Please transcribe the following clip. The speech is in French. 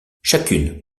chacune